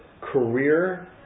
career